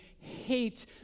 hate